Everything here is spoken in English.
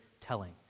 telling